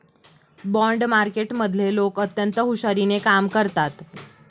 bond मार्केटमधले लोक अत्यंत हुशारीने कामं करतात